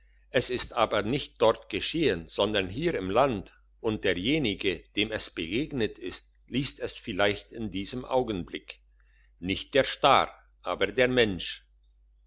es ist aber nicht dort geschehen sondern hier im land und derjenige dem es begegnet ist liest es vielleicht in diesem augenblick nicht der star aber der mensch